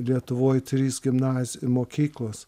lietuvoj trys gimnaz mokyklos